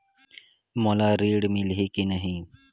मोला ऋण मिलही की नहीं?